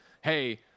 Hey